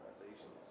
organizations